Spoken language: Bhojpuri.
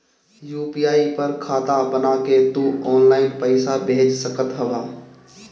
यू.पी.आई पर खाता बना के तू ऑनलाइन पईसा भेज सकत हवअ